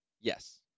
yes